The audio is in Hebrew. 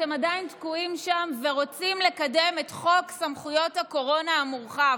אתם עדיין תקועים שם ורוצים לקדם את חוק סמכויות הקורונה המורחב.